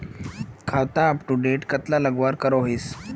खाता अपटूडेट कतला लगवार करोहीस?